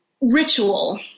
ritual